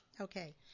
Okay